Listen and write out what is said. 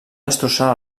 destrossar